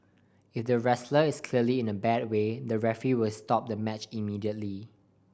if the wrestler is clearly in a bad way the referee will stop the match immediately